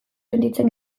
sentitzen